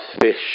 fish